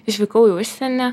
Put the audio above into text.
išvykau į užsienį